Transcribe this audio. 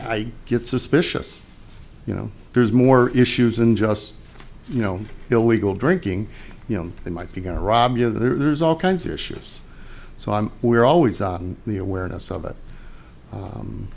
i get suspicious you know there's more issues than just you know illegal drinking you know they might be going to rob you know there's all kinds of issues so i'm we're always on the awareness of it